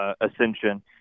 ascension